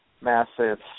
massive